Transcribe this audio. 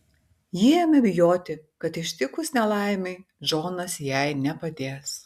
ji ėmė bijoti kad ištikus nelaimei džonas jai nepadės